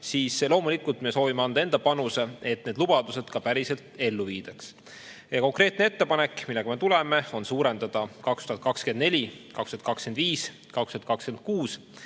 siis loomulikult me soovime anda enda panuse, et need lubadused ka päriselt ellu viidaks. Konkreetne ettepanek, millega me siia tuleme, on suurendada 2024., 2025., 2026.